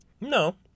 No